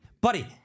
buddy